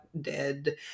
dead